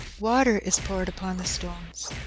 water is poured upon the stones.